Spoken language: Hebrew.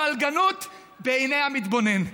הפלגנות, בעיני המתבונן.